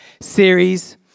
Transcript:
series